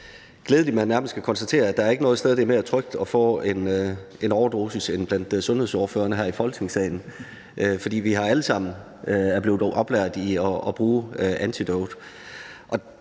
at man nærmest kan konstatere, at der ikke er noget sted, hvor det er mere trygt at få en overdosis, end blandt sundhedsordførerne her i Folketingssalen, fordi vi alle sammen er blevet oplært i at bruge antidot.